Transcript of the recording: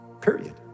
Period